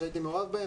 הייתי מעורב בהם